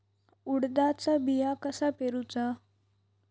उडदाचा बिया कसा पेरूचा?